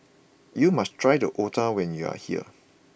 you must try the Otah when you are here